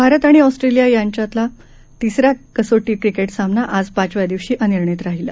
भारत आणि ऑस्ट्रेलिया यांच्यातला तिसरा कसोटी क्रिकेट सामना पाचव्या दिवशी अनिर्णित राहिला